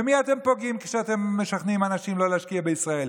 במי אתם פוגעים כשאתם משכנעים אנשים לא להשקיע בישראל?